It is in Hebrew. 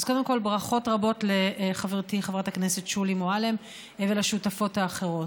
אז קודם כול ברכות רבות לחברתי חברת הכנסת שולי מועלם ולשותפות האחרות.